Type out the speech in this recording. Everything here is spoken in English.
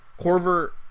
Corver